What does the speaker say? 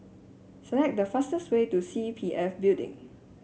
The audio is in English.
select the fastest way to C P F Building